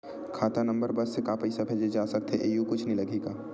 खाता नंबर बस से का पईसा भेजे जा सकथे एयू कुछ नई लगही का?